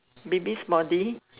baby's body